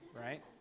Right